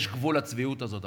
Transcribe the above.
יש גבול לצביעות הזאת.